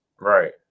right